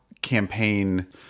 campaign